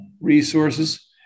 resources